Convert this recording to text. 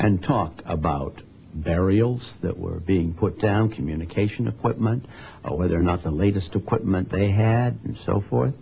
and talk about burials that were being put down communication equipment whether or not the latest equipment they had and so forth